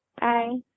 Bye